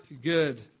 good